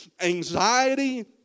anxiety